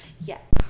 Yes